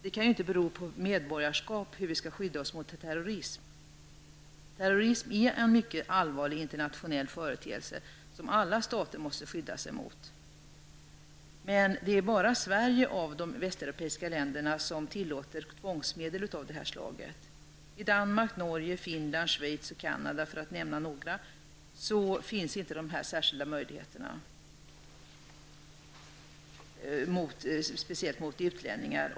Hur vi skall skydda oss mot terrorism kan ju inte vara beroende av medborgarskap. Terrorism är en mycket allvarlig internationell företeelse som alla stater måste skydda sig mot. Men det är bara Sverige av de västeuropeiska länderna som tillåter tvångsmedel av det här slaget. I Danmark, Norge, Finland, Schweiz och Canada, för att nämna några länder, finns inte dessa särskilda möjligheter mot utlänningar.